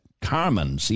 Carmen